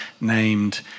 named